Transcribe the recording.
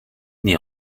n’y